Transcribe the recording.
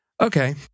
okay